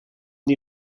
die